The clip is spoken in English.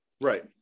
Right